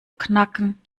knacken